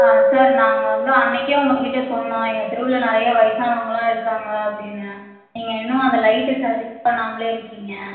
ஆ sir நாங்கள் வந்து அன்றைக்கே உங்கள் கிட்டே சொன்னோம் எங்கள் தெருவில் நிறையா வயசானவங்கள்லாம் இருக்காங்க அப்படின்னு நீங்கள் இன்னும் அந்த லைட்டை சரி பண்ணாமலேயே இருக்கீங்க